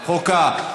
חוקה.